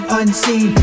unseen